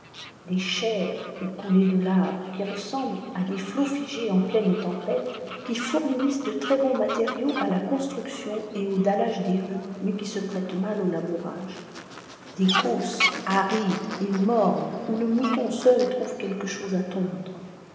des cfeve ou coulées de laves qui ressemblent à des flots figés en pleine tempête qui four nissent de très bons matériaux à la construction et au dallage des rues mais qui se prêtent mal au labourage des causses arides et mornes où le mouton seul trouve quelque chose à tondre